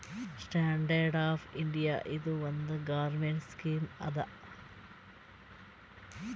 stand up India ಇದು ಒಂದ್ government scheme ಅದಾ